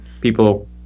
people